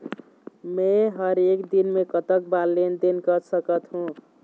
मे हर एक दिन मे कतक बार लेन देन कर सकत हों?